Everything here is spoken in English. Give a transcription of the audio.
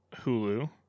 Hulu